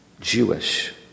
Jewish